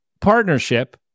partnership